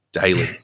Daily